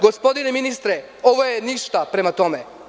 Gospodine ministre, ovo je ništa prema tome.